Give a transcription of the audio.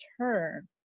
turn